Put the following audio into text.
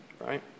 right